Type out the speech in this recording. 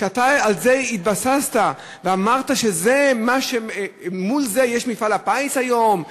אתה התבססת על זה ואמרת ש"מול זה יש מפעל הפיס היום",